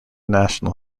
national